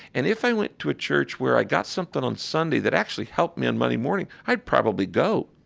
and if i went to a church where i got something on sunday that actually helped me on monday morning, i'd probably go